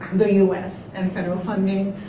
the u s. and federal funding.